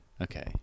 Okay